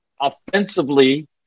offensively